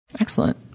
Excellent